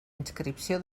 inscripció